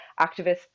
activists